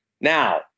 Now